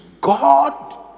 God